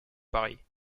paris